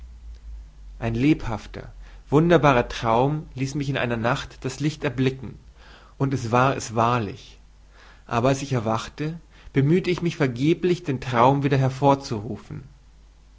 ein lebhafter wunderbarer traum ließ mich in einer nacht das licht erblicken und es war es wahrlich aber als ich erwachte bemühete ich mich vergeblich den traum wieder hervorzurufen